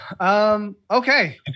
Okay